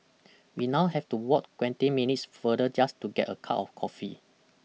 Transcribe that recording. we now have to walk twenty minutes farther just to get a cup of coffee